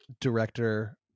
director